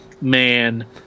man